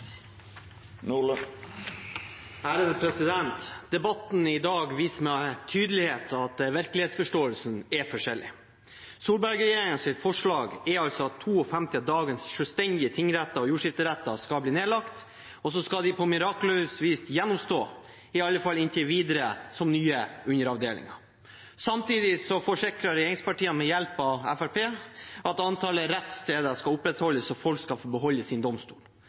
Debatten i dag viser med tydelighet at virkelighetsforståelsen er forskjellig. Solberg-regjeringens forslag er altså at 52 av dagens selvstendige tingretter og jordskifteretter skal bli nedlagt, og så skal de på mirakuløst vis gjenoppstå – i alle fall inntil videre som nye underavdelinger. Samtidig forsikrer regjeringspartiene med hjelp av Fremskrittspartiet at antallet rettssteder skal opprettholdes, så folk skal få beholde sin domstol.